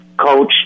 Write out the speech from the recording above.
coach